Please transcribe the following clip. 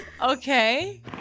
Okay